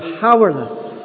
powerless